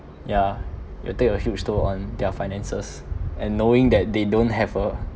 yeah it'll take a huge toll on their finances and knowing that they don't have a